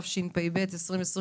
התשפ"ב-2022